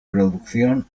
producción